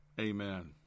Amen